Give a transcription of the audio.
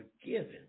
forgiven